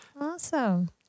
Awesome